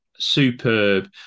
superb